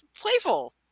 playful